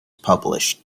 published